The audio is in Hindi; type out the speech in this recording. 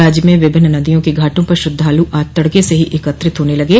राज्य में विभिन्न नदियों के घाटों पर श्रद्धालु आज तड़के से ही एकत्रित होने लगे